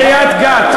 אל תדבר על הברברים.